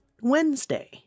Wednesday